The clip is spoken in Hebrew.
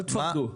אל תפחדו,